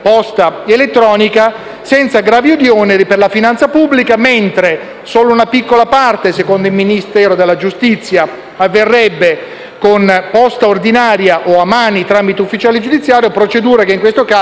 ad un'altra cosa: